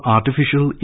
Artificial